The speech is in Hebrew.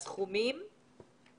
ו-16% דחייה בישובים הלא יהודיים.